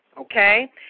Okay